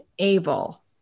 able